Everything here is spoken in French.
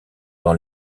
dans